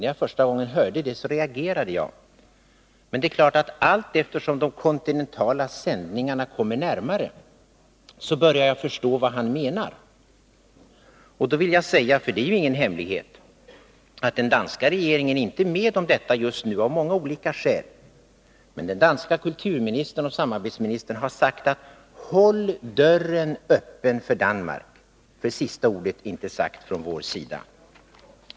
När jag första gången hörde detta reagerade jag. Men allteftersom de kontinentala sändningarna kommer närmare, börjar jag förstå vad han menar. Då vill jag säga — för det är ingen hemlighet — att den danska regeringen inte är med om detta just nu, av många olika skäl. Men den danska kulturministern och samarbetsministern har sagt: Håll dörren öppen för Danmark, för sista ordet ärinte sagt från vår sida.